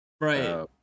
right